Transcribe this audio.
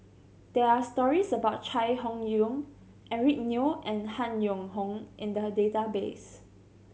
there are stories about Chai Hon Yoong Eric Neo and Han Yong Hong in the database